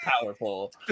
powerful